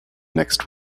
next